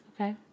okay